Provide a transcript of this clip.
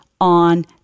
on